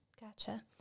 Gotcha